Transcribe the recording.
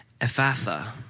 Ephatha